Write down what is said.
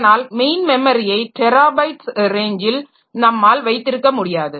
அதனால் மெயின் மெமரியை டெராபைட்ஸ் ரேஞ்சில் நம்மால் வைத்திருக்க முடியாது